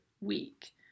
week